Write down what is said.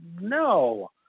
no